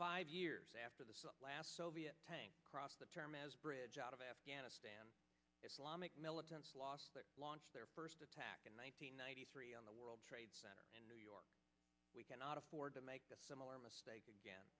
five years after the last soviet tanks across the term as bridge out of afghanistan islamic militants last launched their first attack in one thousand nine hundred three on the world trade center in new york we cannot afford to make a similar mistake again